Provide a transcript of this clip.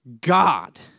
God